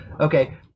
Okay